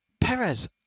Perez